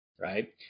right